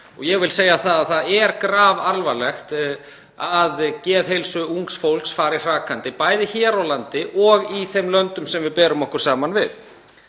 þegar kemur að þessu. Það er grafalvarlegt að geðheilsu ungs fólks fari hrakandi, bæði hér á landi og í þeim löndum sem við berum okkur saman við.